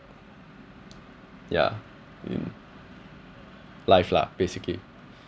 yeah in life lah basically